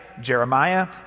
Jeremiah